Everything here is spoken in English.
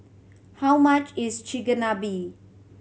how much is Chigenabe